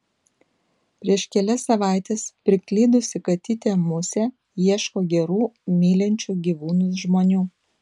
prieš kelias savaites priklydusi katytė musė ieško gerų mylinčių gyvūnus žmonių